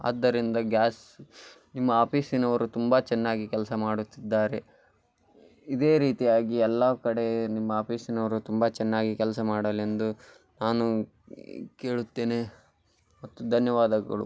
ಆದ್ದರಿಂದ ಗ್ಯಾಸ್ ನಿಮ್ಮ ಆಪೀಸಿನವರು ತುಂಬ ಚೆನ್ನಾಗಿ ಕೆಲಸ ಮಾಡುತ್ತಿದ್ದಾರೆ ಇದೇ ರೀತಿಯಾಗಿ ಎಲ್ಲ ಕಡೆ ನಿಮ್ಮ ಆಪೀಸಿನವರು ತುಂಬ ಚೆನ್ನಾಗಿ ಕೆಲಸ ಮಾಡಲೆಂದು ನಾನು ಕೇಳುತ್ತೇನೆ ಮತ್ತು ಧನ್ಯವಾದಗಳು